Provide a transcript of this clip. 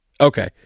Okay